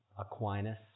Aquinas